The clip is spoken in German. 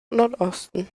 nordosten